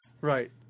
right